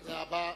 תודה רבה.